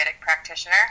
practitioner